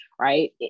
right